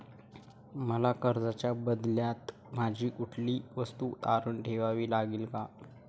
मला कर्जाच्या बदल्यात माझी कुठली वस्तू तारण ठेवावी लागेल का?